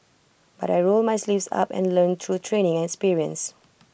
but I rolled my sleeves up and learnt through training and experience